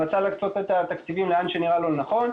כל אחד רצה להקצות את התקציבים לאין שנראה לו נכון.